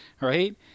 right